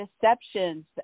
deceptions